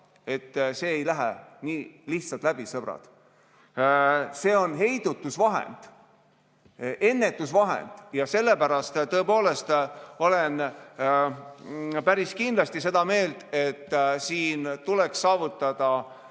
see ei lähe nii lihtsalt läbi, sõbrad. See on heidutusvahend, ennetusvahend ja sellepärast olen päris kindlasti seda meelt, et siin tuleks saavutada